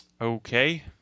Okay